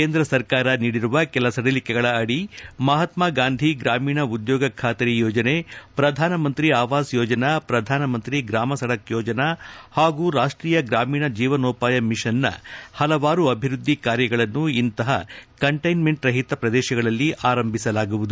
ಕೇಂದ್ರ ಸರ್ಕಾರ ನೀಡಿರುವ ಕೆಲ ಸಡಿಲಿಕೆಗಳ ಅಡಿ ಮಹತ್ನಾಗಾಂಧಿ ಗ್ರಮೀಣ ಉದ್ಲೋಗ ಬಾತರಿ ಯೋಜನೆ ಪ್ರಧಾನಮಂತ್ರಿ ಆವಾಸ್ ಯೋಜನಾ ಪ್ರಧಾನಮಂತ್ರಿ ಗ್ರಮ ಸಡಕ್ ಯೋಜನಾ ಹಾಗೂ ರಾಷ್ಷೀಯ ಗ್ರಾಮೀಣ ಜೀವನೋಪಾಯ ಮಿಷನ್ನ ಹಲವಾರು ಅಭಿವೃದ್ದಿ ಕಾರ್ಯಗಳನ್ನು ಇಂತಹ ಕಂಟೈನ್ಮೆಂಟ್ ರಹಿತ ಪ್ರದೇಶಗಳಲ್ಲಿ ಆರಂಭಿಸಲಾಗುವುದು